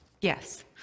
Yes